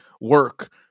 work